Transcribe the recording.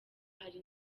hari